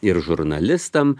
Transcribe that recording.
ir žurnalistam